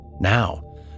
Now